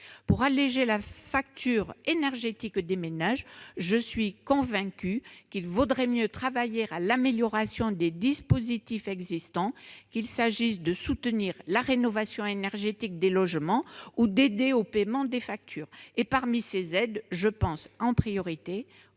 Pour alléger la facture énergétique des ménages, je suis convaincue qu'il vaudrait mieux travailler à l'amélioration des dispositifs existants, qu'il s'agisse de soutenir la rénovation énergétique des logements ou d'aider au paiement des factures. Parmi ces aides, je pense en priorité au